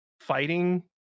fighting